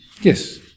Yes